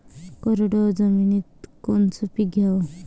कोरडवाहू जमिनीत कोनचं पीक घ्याव?